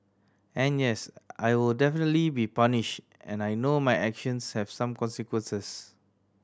and yes I will definitely be punished and I know my actions have some consequences